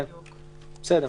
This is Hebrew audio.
בסדר.